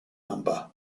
number